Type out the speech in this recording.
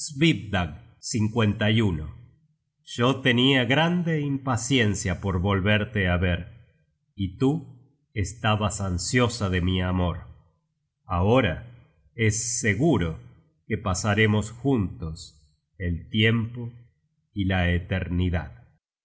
mis salas svipdag yo tenia grande impaciencia por volverte á ver y tú estabas ansiosa de mi amor ahora es seguro que pasaremos juntos el tiempo y la eternidad